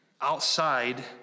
outside